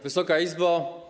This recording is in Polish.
Wysoka Izbo!